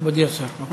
מכובדי השר, בבקשה.